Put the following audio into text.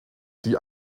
die